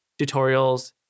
tutorials